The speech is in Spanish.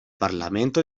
parlamento